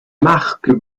marques